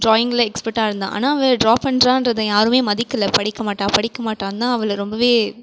டிராயிங்கில் எக்ஸ்பர்ட்டாக இருந்தாள் ஆனால் அவள் டிரா பண்றான்றதை யாருமே மதிக்கலை படிக்க மாட்டாள் படிக்க மாட்டாள்னுதான் அவளை ரொம்பவே